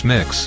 Mix